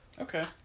Okay